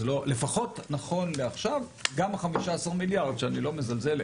לפחות נכון לעכשיו גם ה-15 מיליארד שאני לא מזלזל,